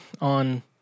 on